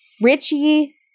Richie